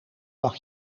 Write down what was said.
mag